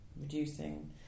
reducing